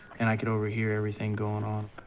and i could overhear everything going on.